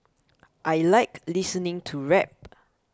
I like listening to rap